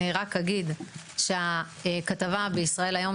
אני רק אגיד שהכתבה ב"ישראל היום",